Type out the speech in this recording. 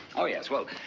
oh, yes. well.